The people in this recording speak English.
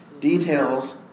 Details